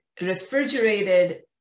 refrigerated